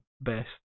best